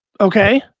Okay